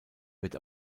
wird